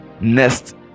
Nest